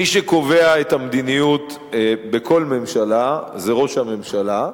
מי שקובע את המדיניות בכל ממשלה זה ראש הממשלה,